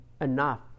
enough